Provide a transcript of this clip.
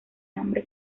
hambre